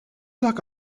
lag